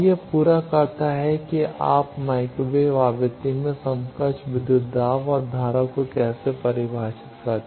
और यह पूरा करता है कि आप माइक्रोवेव आवृत्ति में समकक्ष विद्युत दाब और धारा को कैसे परिभाषित कर सकते हैं